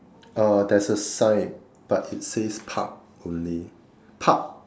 uh there's a sign but it says Park only Park